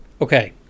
Okay